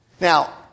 Now